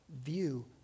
view